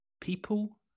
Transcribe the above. People